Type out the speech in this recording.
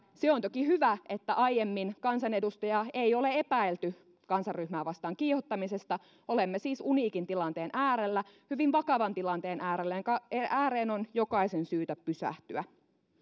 se on toki hyvä että aiemmin kansanedustajaa ei ole epäilty kansanryhmää vastaan kiihottamisesta olemme siis uniikin tilanteen äärellä hyvin vakavan tilanteen äärellä jonka ääreen on jokaisen syytä pysähtyä